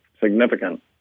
significant